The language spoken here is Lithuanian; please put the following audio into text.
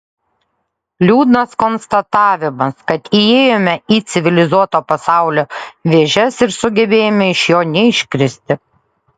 liūdnas konstatavimas kad įėjome į civilizuoto pasaulio vėžes ir sugebėjome iš jo neiškristi